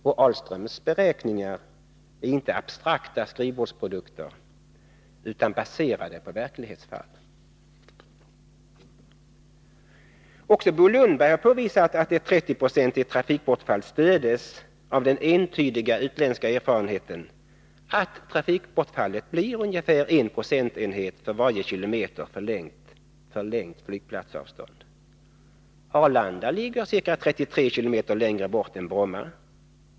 Ernst Ahlströms beräkningar är inte abstrakta skrivbordsprodukter utan baserade på verklighetsfall. Också Bo Lundberg har påvisat att ett 30-procentigt trafikbortfall stöds av den entydiga utländska erfarenheten att trafikbortfallet blir ungefär en procentenhet för varje kilometer förlängt flygplatsavstånd; Arlanda ligger ca 33 kilometer längre bort än Bromma.